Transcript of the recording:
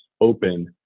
open